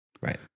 right